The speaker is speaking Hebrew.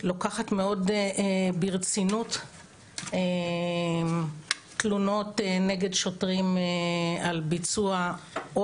לוקחת מאוד ברצינות תלונות נגד שוטרים על ביצוע או